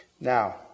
Now